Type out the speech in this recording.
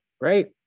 Right